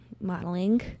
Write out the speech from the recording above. modeling